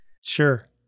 Sure